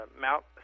Mount –